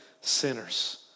sinners